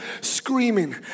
screaming